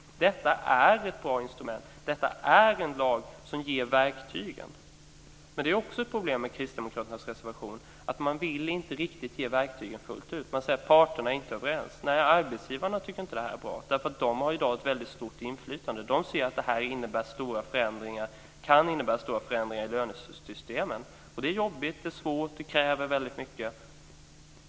Detta är ett bra instrument. Vi har här en lag som ger verktygen. Ett problem med kristdemokraternas reservation är också att man inte riktigt fullt ut vill ge verktygen. Man säger att parterna inte är överens. Nej, arbetsgivarna tycker inte att det här är bra. De har ju i dag ett väldigt stort inflytande och ser att det här kan innebära stora förändringar i lönesystemen. Det är jobbigt och svårt och det kräver väldigt mycket.